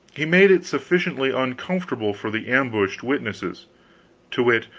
he made it sufficiently uncomfortable for the ambushed witnesses to wit,